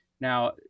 now